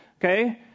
okay